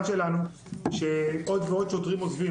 שלנו שיש עוד ועוד שוטרים שעוזבים.